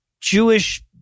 Jewish